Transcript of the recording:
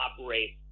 operate